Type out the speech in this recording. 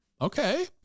Okay